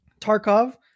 Tarkov